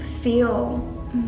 feel